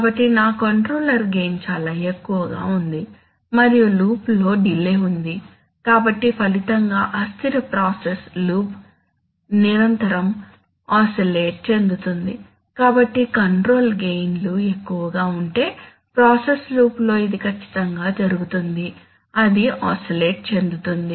కాబట్టి నా controller gain చాలా ఎక్కువగా ఉంది మరియు లూప్లో డిలే ఉంది కాబట్టి ఫలితంగా అస్థిర ప్రాసెస్ లూప్ నిరంతరం ఆసిలేట్ చెందుతుంది కాబట్టి కంట్రోలర్ గెయిన్ లు ఎక్కువగా ఉంటే ప్రాసెస్ లూప్లో ఇది ఖచ్చితంగా జరుగుతుంది అది ఆసిలేట్ చెందుతుంది